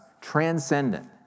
transcendent